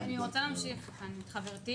אני רוצה להמשיך את חברתי.